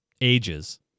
ages